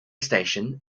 station